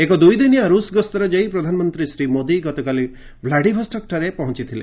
ଏକ ଦୁଇଦିନିଆ ରୁଷ ଗସ୍ତରେ ଯାଇ ପ୍ରଧାନମନ୍ତ୍ରୀ ଶ୍ରୀ ମୋଦି ଗତକାଲି ଭ୍ଲାଡିଭଷ୍ଟକ୍ଠାରେ ପହଞ୍ଚିଥିଲେ